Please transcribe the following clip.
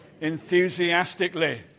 enthusiastically